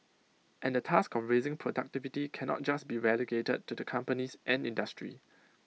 and the task of raising productivity cannot just be relegated to the companies and industry